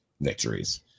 victories